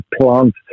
plant